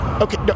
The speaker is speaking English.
Okay